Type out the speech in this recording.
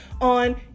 on